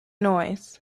noise